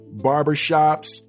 barbershops